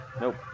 Nope